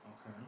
Okay